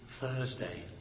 Thursday